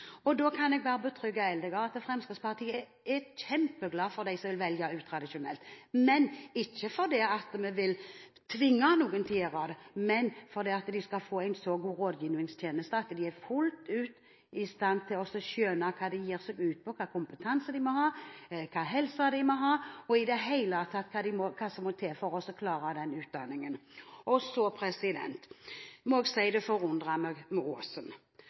Jeg kan berolige Eldegard med at Fremskrittspartiet er kjempeglad for dem som vil velge utradisjonelt, men vi vil ikke tvinge noen til å gjøre det. Vi vil at de skal ha så god rådgivningstjeneste at de blir fullt ut i stand til å skjønne hva de begir seg ut på, hva slags kompetanse de må ha, hva slags helse de må ha, i det hele tatt hva som må til for å klare den utdanningen. Jeg må si Aasens innlegg forundret meg. Hun sa at tallkarakterer passer best på Bislett. Jeg har aldri hørt slikt før. Er det